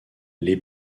les